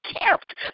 kept